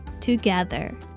together